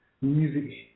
music